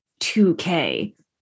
2k